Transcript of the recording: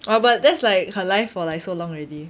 !wah! but that's like her life for like so long already